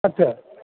আচ্ছা